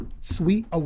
Sweet